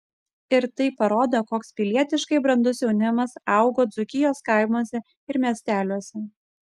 ir tai parodo koks pilietiškai brandus jaunimas augo dzūkijos kaimuose ir miesteliuose